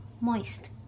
Moist